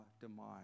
demise